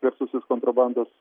garsusis kontrabandos